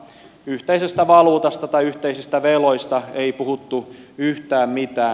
yhteisestä valuutasta tai yhteisistä veloista ei puhuttu yhtään mitään